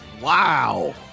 Wow